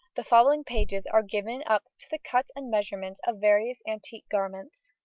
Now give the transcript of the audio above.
the following pages are given up to the cut and measurements of various antique garments.